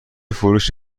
فروش